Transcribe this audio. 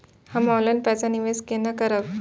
हम ऑनलाइन पैसा निवेश केना करब?